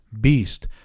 beast